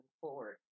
forward